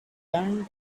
learned